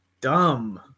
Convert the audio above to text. Dumb